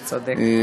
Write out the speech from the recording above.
צודק.